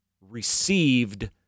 received